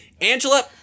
Angela